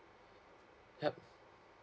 yup